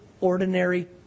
ordinary